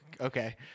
Okay